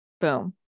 Boom